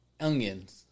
Onions